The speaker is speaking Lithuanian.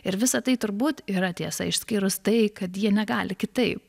ir visa tai turbūt yra tiesa išskyrus tai kad jie negali kitaip